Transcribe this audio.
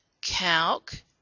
Calc